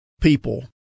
people